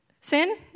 sin